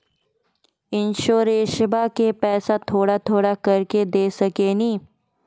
इंश्योरेंसबा के पैसा थोड़ा थोड़ा करके दे सकेनी?